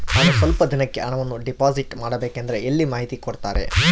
ನಾನು ಸ್ವಲ್ಪ ದಿನಕ್ಕೆ ಹಣವನ್ನು ಡಿಪಾಸಿಟ್ ಮಾಡಬೇಕಂದ್ರೆ ಎಲ್ಲಿ ಮಾಹಿತಿ ಕೊಡ್ತಾರೆ?